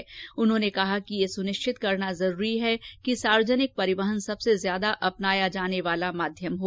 प्रधानमंत्री ने कहा कि यह सुनिश्चित करना जरूरी है कि सार्वजनिक परिवहन सबसे ज्यादा अपनाया जाने वाला माध्यम हो